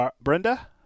Brenda